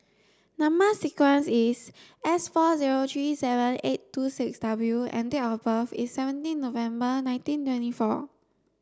number sequence is S four zero three seven eight two six W and date of birth is seventeen November nineteen twenty four